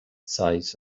size